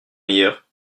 meilleur